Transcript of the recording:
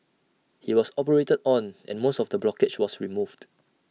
he was operated on and most of the blockage was removed